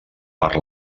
per